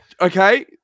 Okay